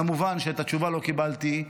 כמובן שתשובה לא קיבלתי,